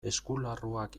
eskularruak